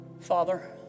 Father